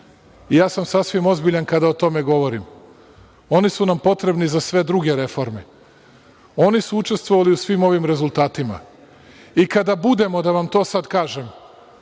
sam sasvim ozbiljan kada o tome govorim. Oni su nam potrebni za sve druge reforme. Oni su učestvovali u svim ovim rezultatima. I kada budemo, da vam to sad kažem,